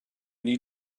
need